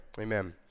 Amen